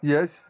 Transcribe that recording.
Yes